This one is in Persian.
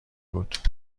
بود